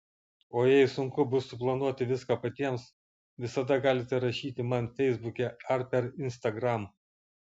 o jei sunku bus suplanuoti viską patiems visada galite rašyti man feisbuke ar per instagram